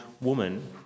woman